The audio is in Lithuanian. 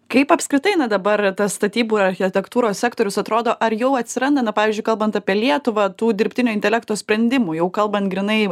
kaip apskritai na dabar tas statybų architektūros sektorius atrodo ar jau atsiranda na pavyzdžiui kalbant apie lietuvą tų dirbtinio intelekto sprendimų jau kalbant grynai